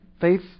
Faith